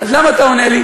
לא מגיע לך